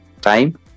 time